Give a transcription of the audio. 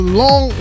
long